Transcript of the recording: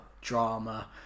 drama